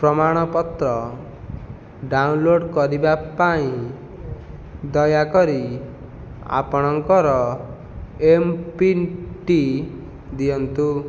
ପ୍ରମାଣପତ୍ର ଡାଉନଲୋଡ଼୍ କରିବା ପାଇଁ ଦୟାକରି ଆପଣଙ୍କର ଏମ୍ପିନ୍ଟି ଦିଅନ୍ତୁ